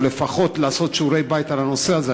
לפחות לעשות שעורי-בית על הנושא הזה,